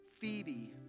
Phoebe